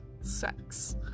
sex